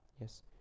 yes